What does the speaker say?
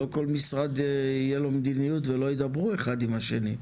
שלא כל משרד יהיה לו מדיניות ולא ידברו אחד עם השני.